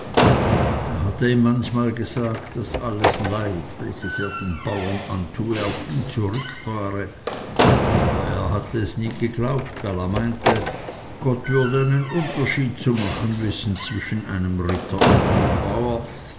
er hatte ihm manchmal gesagt daß alles leid welches er den bauren antue auf ihn zurückfahre aber er hatte es nie geglaubt weil er meinte gott werde einen unterschied zu machen wissen zwischen einem ritter und einem bauer